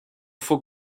for